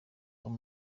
uwo